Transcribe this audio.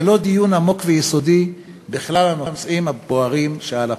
ללא דיון עמוק ויסודי בכלל הנושאים הבוערים שעל הפרק.